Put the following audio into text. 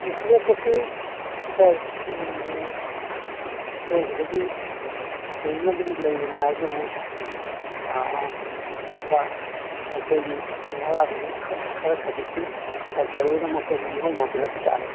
ꯊꯤꯜꯂꯛꯄꯁꯤ ꯍꯣꯏ ꯑꯩꯈꯣꯏ ꯁꯤꯗꯒꯤ ꯊꯤꯟꯅꯅꯕꯗꯤ ꯂꯩꯅ ꯍꯥꯏ ꯑꯗꯨꯕꯨ ꯈꯣꯔꯁꯥ ꯃꯈꯣꯏꯒꯤ ꯕꯔꯥꯗꯨꯗꯤ ꯈꯔ ꯈꯖꯤꯛꯇꯤ ꯊꯥꯎꯁꯦꯟ ꯑꯣꯏꯅ ꯅꯣꯏꯅ ꯍꯟꯖꯜꯂꯛꯄ ꯇꯥꯔꯦ